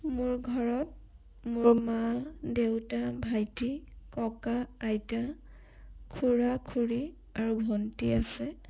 মোৰ ঘৰত মোৰ মা দেউতা ভাইটি ককা আইতা খুৰা খুৰী আৰু ভণ্টি আছে